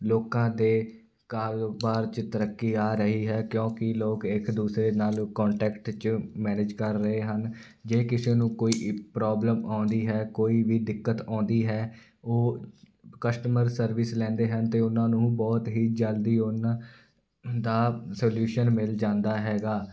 ਲੋਕਾਂ ਦੇ ਕਾਰੋਬਾਰ 'ਚ ਤਰੱਕੀ ਆ ਰਹੀ ਹੈ ਕਿਉਂਕਿ ਲੋਕ ਇੱਕ ਦੂਸਰੇ ਨਾਲ ਕੋਂਟੈਕਟ 'ਚ ਮੈਨੇਜ ਕਰ ਰਹੇ ਹਨ ਜੇ ਕਿਸੇ ਨੂੰ ਕੋਈ ਪ੍ਰੋਬਲਮ ਆਉਂਦੀ ਹੈ ਕੋਈ ਵੀ ਦਿੱਕਤ ਆਉਂਦੀ ਹੈ ਉਹ ਕਸਟਮਰ ਸਰਵਿਸ ਲੈਂਦੇ ਹਨ ਅਤੇ ਉਹਨਾਂ ਨੂੰ ਬਹੁਤ ਹੀ ਜਲਦੀ ਉਹਨਾਂ ਦਾ ਸਲਿਊਸ਼ਨ ਮਿਲ ਜਾਂਦਾ ਹੈਗਾ